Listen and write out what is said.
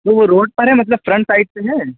تو وہ روڈ پر ہے مطلب فرنٹ سائڈ پہ ہے